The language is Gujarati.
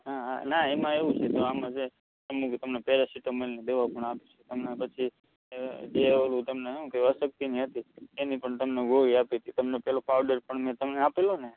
હા હા ના એમાં એવું છે જો આમાં તમને પેરાસિટામોલ તમને દવા પણ આપી છે તમને પછી જે ઓલું તમને શું કહેવાય અશક્તિની હતી એની પણ તમને ગોળી આપી હતી તમને પેલો પાઉડર પણ તમને આપેલો ને